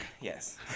Yes